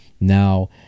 Now